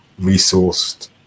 resourced